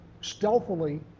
stealthily